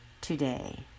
today